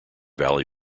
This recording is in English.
valley